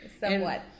Somewhat